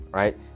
right